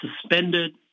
suspended